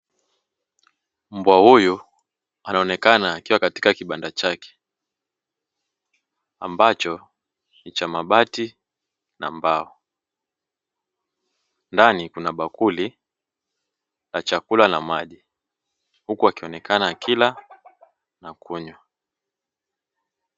Mbwa huyu anaonekana akiwa katika kibanda chake, ambacho ni cha mabati na mbao, ndani kuna bakuri la chakula na maji; huku akionekana akila na kunywa.